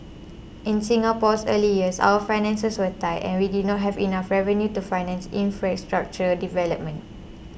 in Singapore's early years our finances were tight and we did not have enough revenue to finance infrastructure development